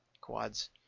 Quad's